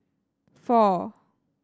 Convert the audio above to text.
four